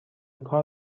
کار